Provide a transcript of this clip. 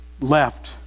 left